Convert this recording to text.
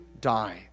die